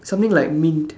something like mint